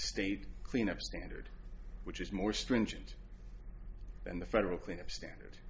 state clean up standard which is more stringent than the federal clean up standard